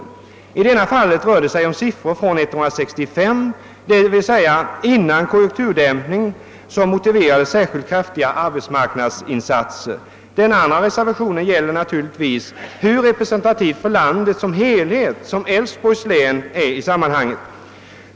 För det förs ta rör det sig om siffror från 19635, d. v. s. från tiden före den konjunkturdämpning som motiverade särskilt kraftiga arbetsmarknadsinsatser. För det andra måste man naturligtvis reservera sig för hur representativt Älvsborgs län är för landet som helhet i detta sammanhang.